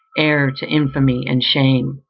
heir to infamy and shame.